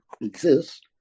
exist